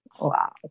Wow